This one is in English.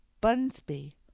Bunsby